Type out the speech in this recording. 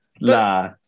nah